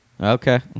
Okay